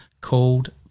called